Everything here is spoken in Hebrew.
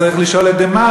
אז צריך לשאול את "דה-מרקר",